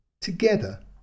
together